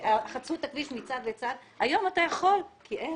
חצו את הכביש מצד לצד אבל היום אתה יכול כי אין.